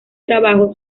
trabajo